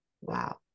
wow